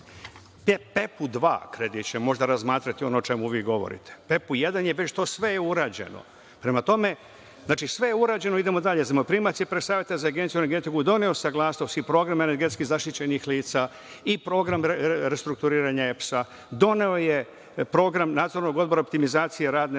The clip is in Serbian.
„Pepu 2“ kredit će možda razmatrati ono o čemu vi govorite, „Pepu 1“ je već to sve urađeno, znači sve je urađeno, idemo dalje. Zajmoprimac je pre saveta Agencije za energetiku doneo saglasnost i program energetski zaštićenih lica i program restrukturiranja EPS, doneo je program Nacionalnog odbora optimizacije radne